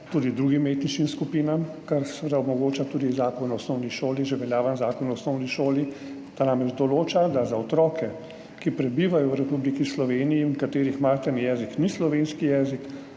tudi drugim etničnim skupinam, kar seveda omogoča tudi že veljavni Zakon o osnovni šoli. Ta namreč določa, da za otroke, ki prebivajo v Republiki Sloveniji in katerih materni jezik ni slovenski jezik,